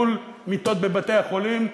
מול מיטות בבתי-החולים,